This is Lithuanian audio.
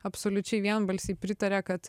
absoliučiai vienbalsiai pritarė kad